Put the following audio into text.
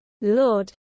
Lord